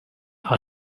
are